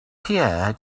pierre